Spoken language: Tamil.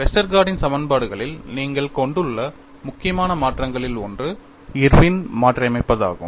வெஸ்டர்கார்டின் Westergaard's சமன்பாடுகளில் நீங்கள் கொண்டுள்ள முக்கியமான மாற்றங்களில் ஒன்று இர்வின் மாற்றியமைப்பதாகும்